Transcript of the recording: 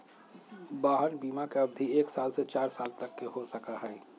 वाहन बिमा के अवधि एक साल से चार साल तक के हो सका हई